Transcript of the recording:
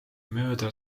mööda